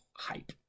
hype